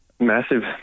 Massive